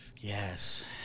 Yes